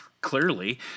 clearly